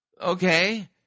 Okay